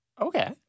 Okay